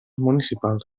municipals